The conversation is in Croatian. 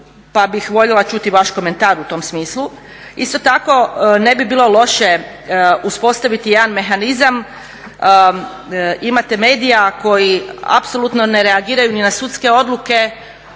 pa bih voljela čuti vaš komentar u tom smislu. Isto tako ne bi bilo loše uspostaviti jedan mehanizam. Imate medija koji apsolutno ne reagiraju ni na sudske odluke